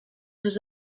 was